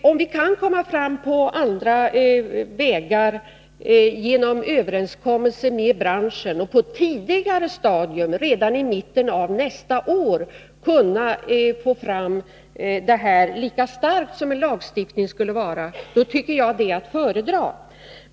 Nr 32 Om vi på andra vägar genom överenskommelser med branschen kan nå samma resultat som genom en lagstiftning och det kan ske på ett tidigare stadium — redan i mitten av nästa år — tycker jag att det är att föredra.